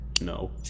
No